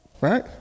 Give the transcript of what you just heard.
right